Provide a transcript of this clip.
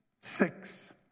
six